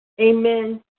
Amen